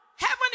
Heaven